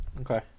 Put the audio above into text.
Okay